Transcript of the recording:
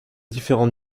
différents